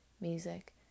music